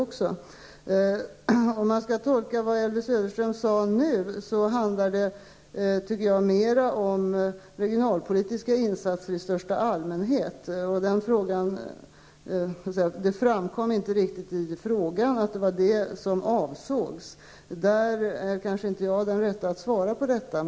Skall man tolka vad Elvy Söderström nu sade, handlar det mer om regionalpolitiska insater i största allmänhet. Det framgick inte riktigt av frågan att det var detta som avsågs. Jag är därför kanske inte den rätta att svara på frågan.